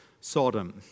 Sodom